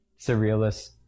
surrealist